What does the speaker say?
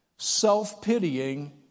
self-pitying